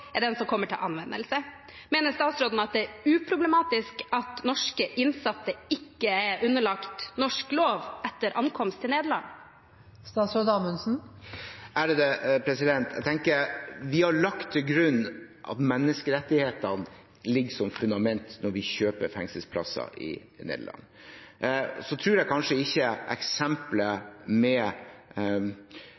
er den som kommer til anvendelse. Mener statsråden at det er uproblematisk at norske innsatte ikke er underlagt norsk lov etter ankomst til Nederland? Jeg tenker at vi har lagt til grunn at menneskerettighetene ligger som fundament når vi kjøper fengselsplasser i Nederland. Jeg tror kanskje ikke